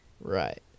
Right